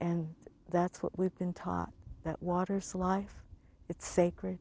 and that's what we've been taught that water's life it's sacred